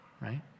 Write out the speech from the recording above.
right